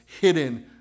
hidden